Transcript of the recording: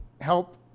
help